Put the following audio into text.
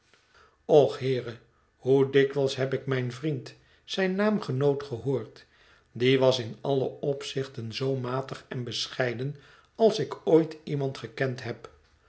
och heere hoe dikwijls heb ik mijn vriend zijn naamgenoot gehoord die was in alle opzichten zoo matig en bescheiden als ik ooit iemand gekend heb